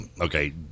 okay